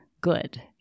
good